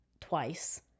twice